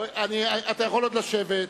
אתה יכול עוד לשבת.